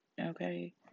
Okay